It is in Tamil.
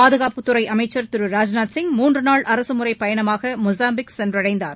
பாதுகாப்புத்துறை அமைச்சர் திரு ராஜ்நாத் சிங்முன்று நாள் அரசுமுறை பயணமாக மொசாம்பிக் சென்றடைந்தார்